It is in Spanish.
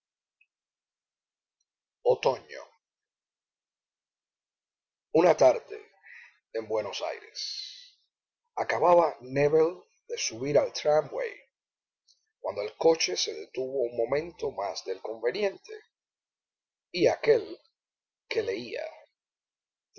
una tarde en buenos aires acababa nébel de subir al tramway cuando el coche se detuvo un momento más del conveniente y aquél que leía